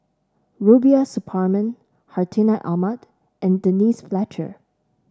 Rubiah Suparman Hartinah Ahmad and Denise Fletcher